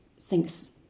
thinks